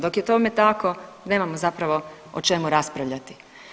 Dok je tome tako nemamo zapravo o čemu raspravljati.